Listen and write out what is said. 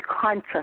conscious